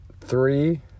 three